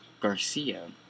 Garcia